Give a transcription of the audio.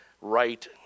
right